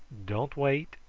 don't wait,